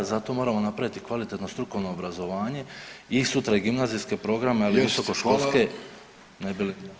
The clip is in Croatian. Zato moramo napraviti kvalitetno strukovno obrazovanje i sutra i gimnazijske programe, visokoškolske ne bi li